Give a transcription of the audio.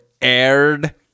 aired